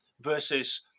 versus